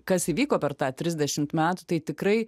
kas įvyko per tą trisdešimt metų tai tikrai